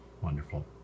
Wonderful